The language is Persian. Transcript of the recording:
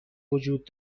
وجود